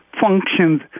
functions